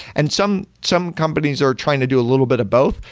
and some some companies are trying to do a little bit of both.